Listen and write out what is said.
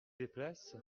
déplace